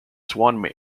swan